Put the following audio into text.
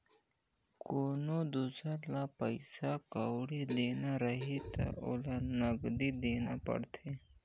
कोनो दुसर ल पइसा कउड़ी देना रहें त ओला नगदी देना परे